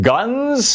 Guns